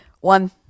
One